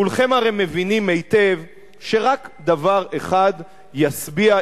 כולכם הרי מבינים היטב שרק דבר אחד ישביע,